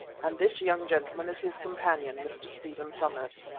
and this young gentleman is his companion, mr. stephen somers.